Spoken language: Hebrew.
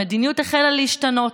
המדיניות החלה להשתנות.